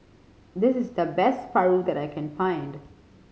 this is the best paru that I can find